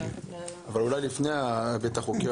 אולי לפני ההיבט החוקי,